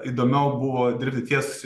įdomiau buvo dirbti ties